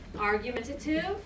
Argumentative